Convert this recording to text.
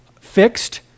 fixed